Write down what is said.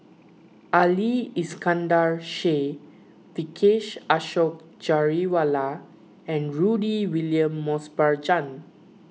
Ali Iskandar Shah Vijesh Ashok Ghariwala and Rudy William Mosbergen